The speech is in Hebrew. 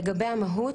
לגבי המהות,